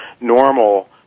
normal